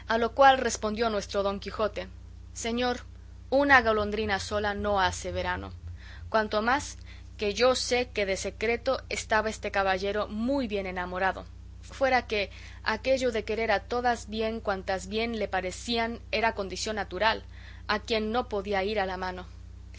lo cual respondió nuestro don quijote señor una golondrina sola no hace verano cuanto más que yo sé que de secreto estaba ese caballero muy bien enamorado fuera que aquello de querer a todas bien cuantas bien le parecían era condición natural a quien no podía ir a la mano